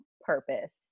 purpose